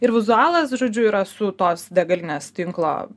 ir vizualas žodžiu yra su tos degalinės tinklo